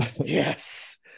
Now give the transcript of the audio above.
yes